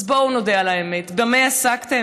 אז בואו נודה על האמת: במה עסקתם?